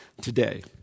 today